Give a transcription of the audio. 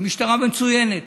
היא משטרה מצוינת,